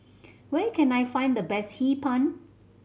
where can I find the best Hee Pan